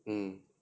mm